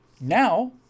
now